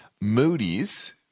Moody's